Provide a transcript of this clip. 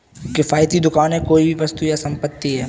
किफ़ायती दुकान कोई भी वस्तु या संपत्ति है